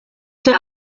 der